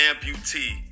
amputee